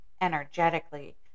energetically